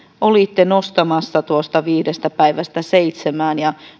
olitte nostamassa tuosta viidestä päivästä seitsemään ja